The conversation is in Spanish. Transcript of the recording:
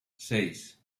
seis